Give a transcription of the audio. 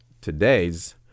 today's